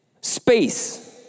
space